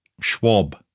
Schwab